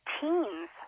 teens